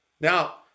Now